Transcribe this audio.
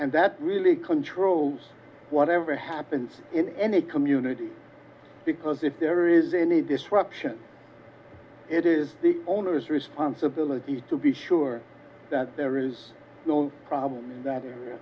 and that really controls whatever happens in any community because if there is any disruption it is the owner's responsibility to be sure that there is no problem so in that